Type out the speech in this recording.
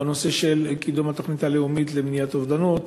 בנושא של קידום התוכנית הלאומית למניעת אובדנות.